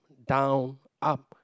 down up